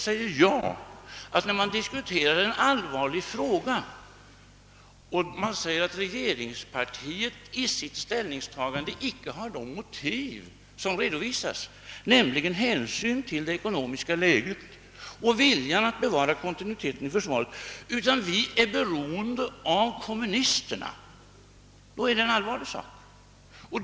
Men när man diskuterar en allvarlig fråga och säger, att regeringspartiet i sitt ställningstagande icke har de motiv som redovisats, nämligen hänsynen till det ekonomiska läget och viljan ati bevara kontinuiteten i försvaret, utan att det är beroende av kommunisterna, så är det en allvarlig sak.